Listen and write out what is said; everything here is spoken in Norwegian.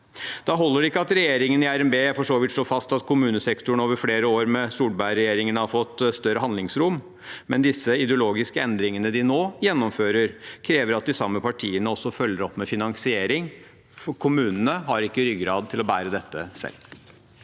Da holder det ikke at regjeringen i RNB for så vidt slår fast at kommunesektoren over flere år med Solberg-regjeringen har fått større handlingsrom. De ideologiske endringene de nå gjennomfører, krever at de samme partiene også følger opp med finansiering, for kommunene har ikke ryggrad til å bære dette selv.